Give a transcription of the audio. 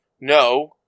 No